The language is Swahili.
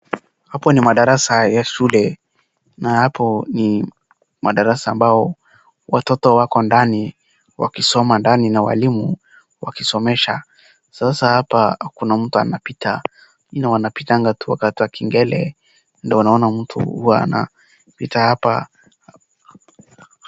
Hapo ni madarasa ya shule na hapo ni madarasa ambayo watoto wako ndani wakisoma ndani na walimu wakisomesha sasa hapa kuna mtu anapita na wanapitanga tu wakati wa kengele ndio unaona mtu huwa anapita hapa.